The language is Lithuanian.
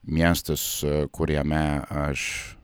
miestas kuriame aš